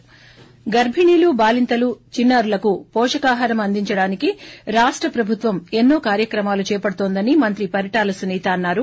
ి గర్బిణీలు బాలింతలు చిన్నా రులకు పోషకాహారం అందించడానికి రాష్ట ప్రభుత్వం ఎన్నో కార్యక్రమాలు చేపడుతోందని మంత్రి పరిటాల సునీత అన్నారు